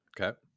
Okay